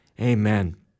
Amen